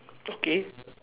okay